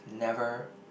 never